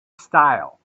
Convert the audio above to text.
style